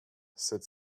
sept